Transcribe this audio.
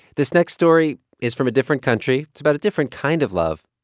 this next story is from a different country. it's about a different kind of love.